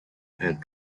had